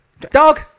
Dog